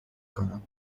کنم